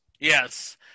Yes